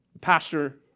Pastor